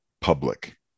public